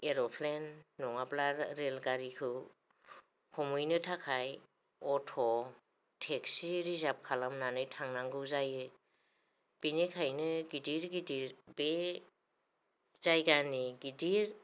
aeroplane नङाब्ला रेलगारिखौ हमहैनो थाखाय अट' टेक्सि रिजार्भ खालामनानै थांनांगौ जायो बेनिखायनो गिदिर गिदिर बे जायगानि गिदिर